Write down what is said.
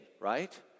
right